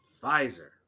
Pfizer